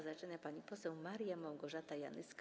Zaczyna pani poseł Maria Małgorzata Janyska.